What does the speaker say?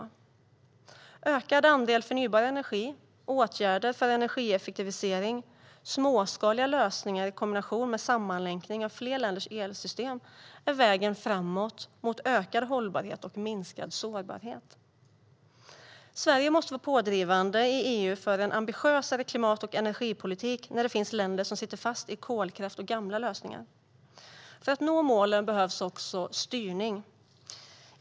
En ökad andel förnybar energi, åtgärder för energieffektivisering och småskaliga lösningar i kombination med sammanlänkning av fler länders elsystem är vägen framåt mot ökad hållbarhet och minskad sårbarhet. Sverige måste vara pådrivande i EU för en ambitiösare klimat och energipolitik när det finns länder som sitter fast i kolkraft och gamla lösningar. För att nå målen behövs också styrning.